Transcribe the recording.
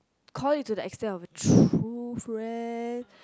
called it to the instead of true friend